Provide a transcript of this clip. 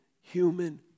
human